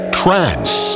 trance